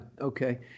Okay